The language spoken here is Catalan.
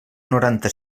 noranta